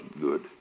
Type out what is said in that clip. good